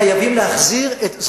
חייבים להחזיר עטרה,